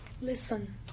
Listen